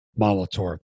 Molitor